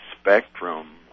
spectrum